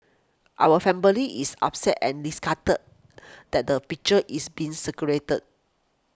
our family is upset and disgusted that the picture is being circulated